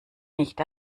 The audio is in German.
nicht